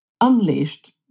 unleashed